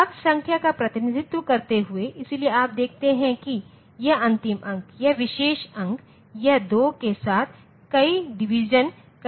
अब संख्या का प्रतिनिधित्व करते हुए इसलिए आप देखते हैं कि यह अंतिम अंक यह विशेष अंक यह 2 के साथ कई डिवीजनों करने पर आया है